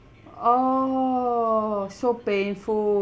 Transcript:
oo so painful